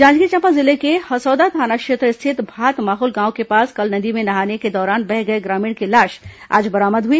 जांजगीर चांपा जिले के हसौदा थाना क्षेत्र स्थित भातमाहुल गांव के पास कल नदी में नहाने के दौरान बह गए ग्रामीण की लाश आज बरामद हई